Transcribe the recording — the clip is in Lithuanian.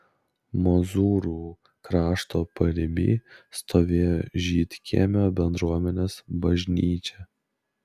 mozūrų krašto pariby stovėjo žydkiemio bendruomenės bažnyčia